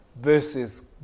versus